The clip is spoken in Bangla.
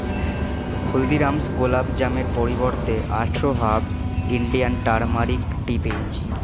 হলদিরামস গোলাপজামের পরিবর্তে আঠেরো হার্বস ইন্ডিয়ান টারমারিক টি পেয়েছি